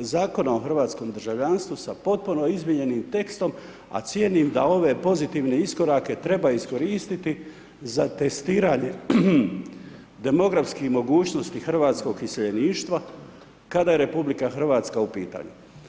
Zakona o hrvatskom državljanstvu sa potpuno izmijenjenim tekstom a cijenim da ove pozitivne iskorake treba iskoristiti za testiranje demografskih mogućnosti hrvatskog iseljeništva kada je RH u pitanju.